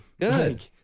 Good